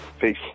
Peace